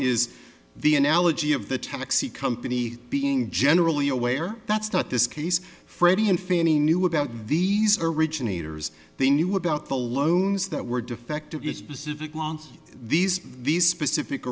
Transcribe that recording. is the analogy of the taxi company being generally aware that's not this case freddie and fannie knew about these originators they knew about the loans that were defective you specific want these these specific